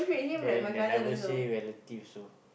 then they never say relative so